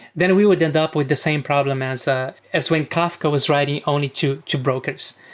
then we would end up with the same problem as ah as when kafka was writing only to to brokers,